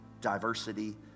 Diversity